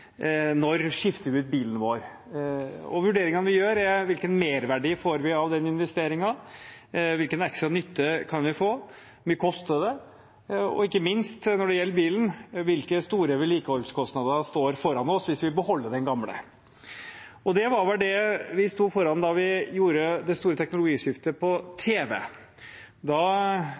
Når skifter vi ut bilen vår? Vurderingene vi gjør, er: Hvilken merverdi får vi av den investeringen? Hvilken ekstra nytte kan vi få? Hvor mye koster det? Og ikke minst – når det gjelder bilen: Hvilke store vedlikeholdskostnader står foran oss hvis vi beholder den gamle? Det var vel det vi sto foran da vi gjorde det store teknologiskiftet for tv. Da